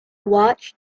watched